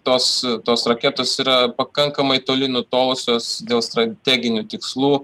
tos tos raketos yra pakankamai toli nutolusios dėl strateginių tikslų